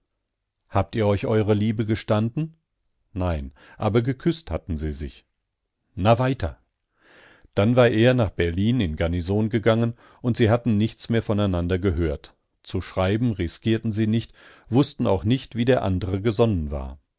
habt ihr euch eure liebe gestanden nein aber geküßt hatten sie sich na weiter dann war er nach berlin in garnison gegangen und sie hatten nichts mehr voneinander gehört zu schreiben riskierten sie nicht wußten auch nicht wie der andre gesonnen war